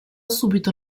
subito